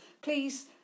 Please